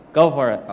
go for it.